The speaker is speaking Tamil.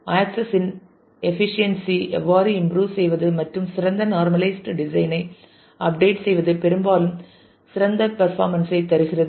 ஆக்சஸ் இன் எபிசிஎன்சி ஐ எவ்வாறு இம்ப்ரூவ் செய்வது மற்றும் சிறந்த நார்மலைஸ்ட் டிசைன் ஐ அப்டேட் செய்வது பெரும்பாலும் சிறந்த பர்ஃபாமென்ஸ் ஐ தருகிறது